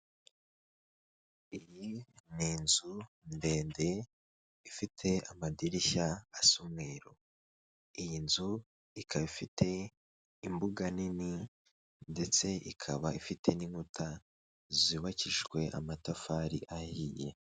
Iyi ni inzu ndende ifite amadirishya asa umweru, iyi nzu ikaba ifite imbuga nini ndetse ikaba ifite n'inkuta zubakijwe amatafari ahiye.